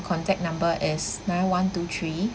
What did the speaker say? contact number is nine one two three